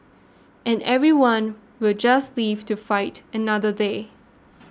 and everyone will just live to fight another day